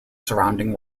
surrounding